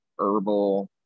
herbal